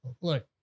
look